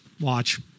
Watch